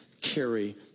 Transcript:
carry